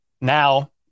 now